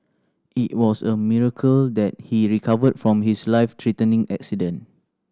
it was a miracle that he recovered from his life threatening accident